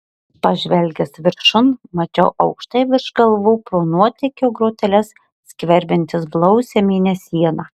pažvelgęs viršun mačiau aukštai virš galvų pro nuotėkio groteles skverbiantis blausią mėnesieną